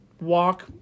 walk